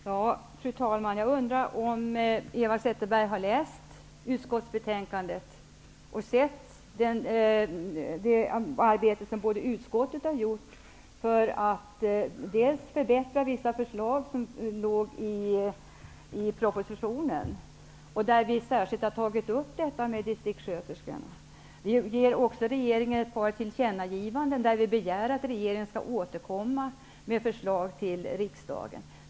Fru talman! Jag undrar om Eva Zetterberg har läst utskottsbetänkandet och sett det arbete som utskottet har gjort för att förbättra vissa förslag som fanns i propositionen. Vi har särskilt tagit upp frågan om disktrikssköterskorna. Vi ger också regeringen ett par tillkännagivanden där vi begär att regeringen skall återkomma med förslag till riksdagen.